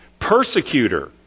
persecutor